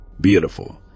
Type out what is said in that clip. Beautiful